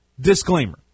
disclaimer